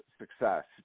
success